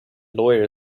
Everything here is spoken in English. lawyer